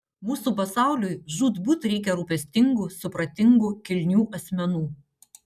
mūsų pasauliui žūtbūt reikia rūpestingų supratingų kilnių asmenų